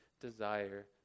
Desire